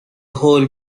whole